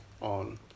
on